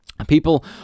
People